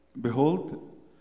Behold